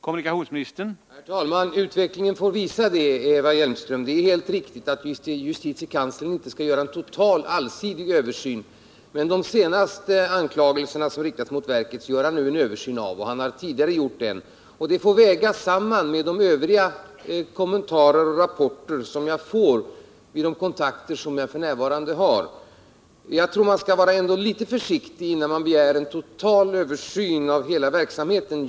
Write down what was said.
Herr talman! Utvecklingen får visa det, Eva Hjelmström. Det är helt riktigt att justitiekanslern inte skall göra en total, allsidig översyn. Mean han gör en översyn med anledning av de anklagelser som senast riktats mot verket, och han har också tidigare gjort en översyn. Resultatet av hans arbete får sedan vägas samman med de övriga kommentarer och rapporter som jag får vid de kontakter jag f. n. har. Jag tror att man skall vara litet försiktig innan man begär en total översyn av hela verket.